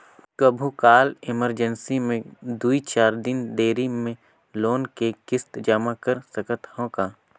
कभू काल इमरजेंसी मे दुई चार दिन देरी मे लोन के किस्त जमा कर सकत हवं का?